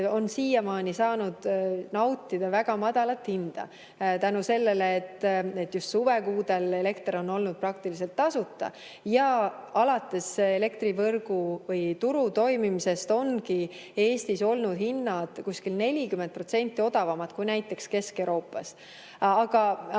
on siiamaani saanud nautida väga madalat hinda tänu sellele, et just suvekuudel on elekter olnud praktiliselt tasuta. Alates elektrituru toimima hakkamisest ongi Eestis olnud hinnad umbes 40% odavamad kui näiteks Kesk-Euroopas. Aga